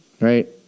Right